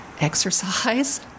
exercise